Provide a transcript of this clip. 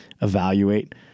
evaluate